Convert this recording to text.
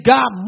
God